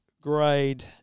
grade